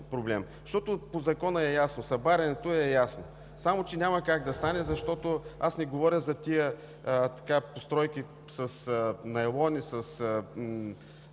Защото по закона е ясно, събарянето е ясно, само че няма как да стане, защото аз не говоря за тези постройки с найлон